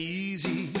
easy